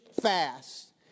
fast